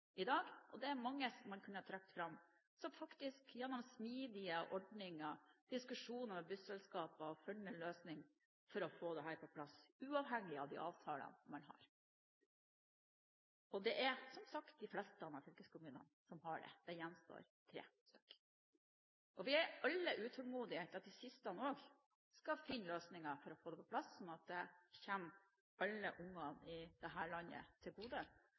dag. Det er mange som man kunne ha trukket fram som faktisk gjennom smidige ordninger og diskusjoner med busselskapene har funnet en løsning for å få dette på plass, uavhengig av de avtalene man har, og det er som sagt de fleste av fylkeskommunene som har det. Det gjenstår tre stykker. Vi er alle utålmodige etter at også de siste skal finne løsninger for å få det på plass, sånn at det kommer alle barna i dette landet til gode.